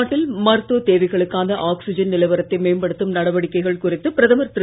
நாட்டில் மருத்துவ தேவைகளுக்கான ஆக்சிஜன் நிலவரத்தை மேம்படுத்தும் நடவடிக்கைகள் குறித்து பிரதமர் திரு